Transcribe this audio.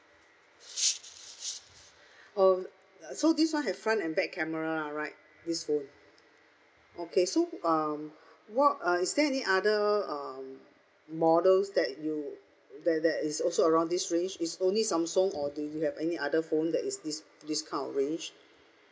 oh so this one have front and back camera lah right this phone okay so um what uh is there any other um models that you that that is also around this range is only samsung or do you have any other phone that is this this kind of range